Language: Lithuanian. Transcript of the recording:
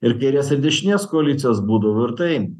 ir kairės ir dešinės koalicijos būdavo ir tai